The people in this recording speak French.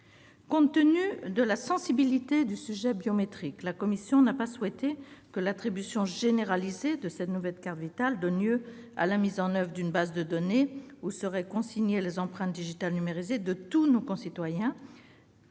Compte tenu de la sensibilité de la question biométrique, la commission n'a pas souhaité que l'attribution généralisée de cette nouvelle carte Vitale donne lieu à la constitution d'une base de données où seraient consignées les empreintes digitales numérisées de tous nos concitoyens.